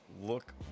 look